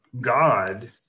god